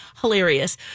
hilarious